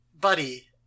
buddy